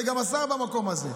וגם השר במקום הזה,